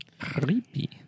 Creepy